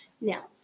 Now